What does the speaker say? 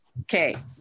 Okay